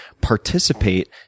participate